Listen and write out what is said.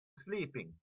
sleeping